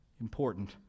important